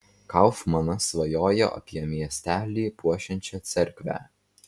kaufmanas svajojo apie miestelį puošiančią cerkvę